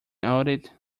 audit